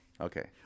Okay